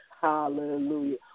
Hallelujah